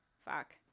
fuck